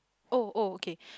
oh oh okay